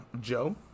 Joe